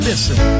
Listen